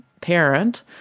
parent